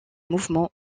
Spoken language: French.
mouvement